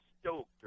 stoked